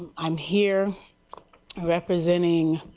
i am here representing,